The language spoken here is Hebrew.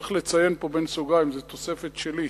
צריך לציין פה בסוגריים, זו תוספת שלי,